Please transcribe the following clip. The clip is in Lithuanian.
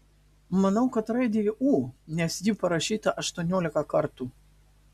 matau kad raidė ū nes ji parašyta aštuoniolika kartų